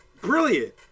brilliant